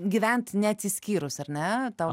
gyvent neatsiskyrus ar ne tau